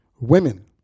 women